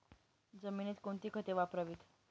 जमिनीत कोणती खते वापरावीत?